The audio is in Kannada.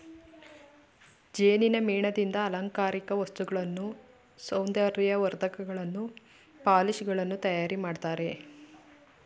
ಜೇನಿನ ಮೇಣದಿಂದ ಅಲಂಕಾರಿಕ ವಸ್ತುಗಳನ್ನು, ಸೌಂದರ್ಯ ವರ್ಧಕಗಳನ್ನು, ಪಾಲಿಶ್ ಗಳನ್ನು ತಯಾರು ಮಾಡ್ತರೆ